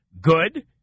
Good